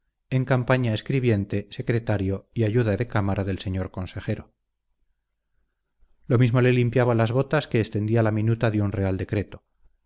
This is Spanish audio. en campaña escribiente secretario y ayuda de cámara del señor consejero lo mismo le limpiaba las botas que extendía la minuta de un real decreto